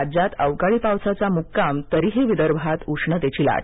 राज्यात अवकाळी पावसाचा मुक्काम तरीही विदर्भात उष्णतेची लाट